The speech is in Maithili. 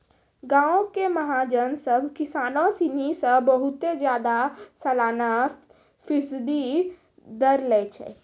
गांवो के महाजन सभ किसानो सिनी से बहुते ज्यादा सलाना फीसदी दर लै छै